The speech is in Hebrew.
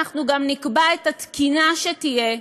אנחנו גם נקבע את התקינה שתהיה,